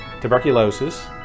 tuberculosis